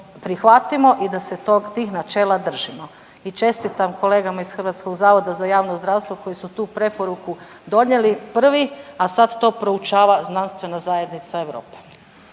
prihvatimo i da se tih načela držimo. I čestitam kolegama iz HZJZ koji su tu preporuku donijeli prvi, a sad to proučava znanstvena zajednica Europe.